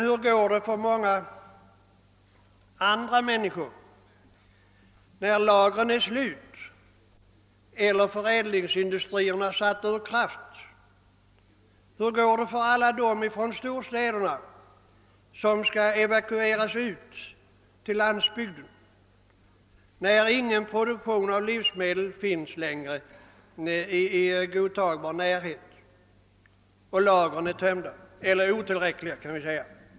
Hur går det för många andra människor när lagren är slut eller förädlingsindustrierna satta ur kraft? Hur går det för alla människor från storstäderna som skall evakueras till landsbygden, när inte längre någon produktion av livsmedel finns i godtagbar närhet och lagren är tömda eller åtminstone otillräckliga?